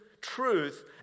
truth